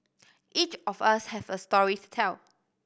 each of us has a story to tell